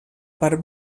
per